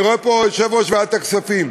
אני רואה פה את יושב-ראש ועדת הכספים,